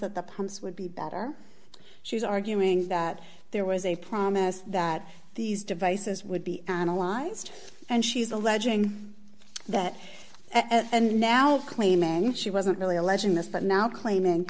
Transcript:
palms would be better she was arguing that there was a promise that these devices would be analyzed and she's alleging that at and now claiming she wasn't really alleging this but now claiming